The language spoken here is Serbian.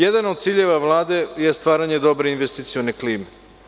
Jedan od ciljeva Vlade je stvaranje dobre investicione klime.